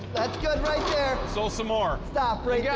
that's good right there. so some more. stop right yeah